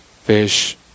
fish